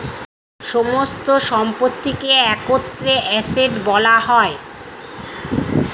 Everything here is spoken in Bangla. সমস্ত সম্পত্তিকে একত্রে অ্যাসেট্ বলা হয়